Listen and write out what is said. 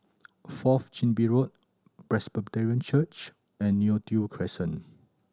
Fourth Chin Bee Road Presbyterian Church and Neo Tiew Crescent